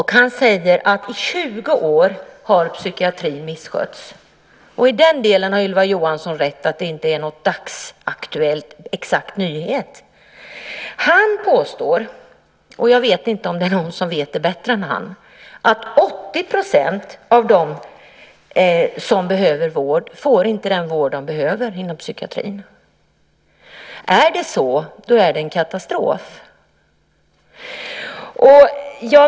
Han säger att psykiatrin har misskötts i 20 år. I den delen har Ylva Johansson rätt; detta är inte någon dagsaktuell nyhet precis. Sten Levander påstår - och jag vet inte om det finns någon som kan detta bättre än han - att 80 % av dem som behöver vård inte får den vård som de behöver inom psykiatrin. Om det är så är det en katastrof.